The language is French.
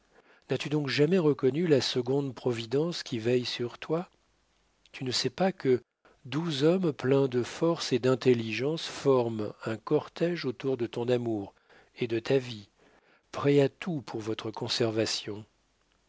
donc jamais reconnu la seconde providence qui veille sur toi tu ne sais pas que douze hommes pleins de force et d'intelligence forment un cortége autour de ton amour et de ta vie prêts à tout pour votre conservation